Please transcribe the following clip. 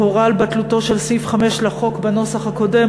שהורה על בטלותו של סעיף 5 לחוק בנוסח הקודם,